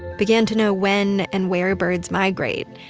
began to know when and where birds migrate,